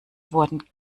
wurden